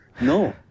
no